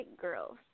Girls